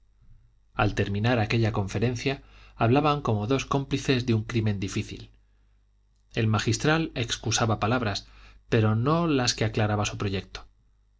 al terminar aquella conferencia hablaban como dos cómplices de un crimen difícil el magistral excusaba palabras pero no las que aclaraban su proyecto